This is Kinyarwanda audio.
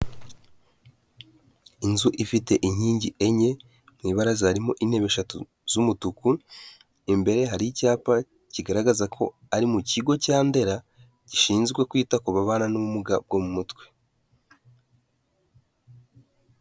Inzu ifite inkingi enye, mu ibara harimo intebe eshatu z'umutuku, imbere hari icyapa kigaragaza ko ari mu kigo cya Ndera, gishinzwe kwita ku mabara n'ubumuga bwo mu mutwe.